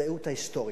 תקראו את ההיסטוריה,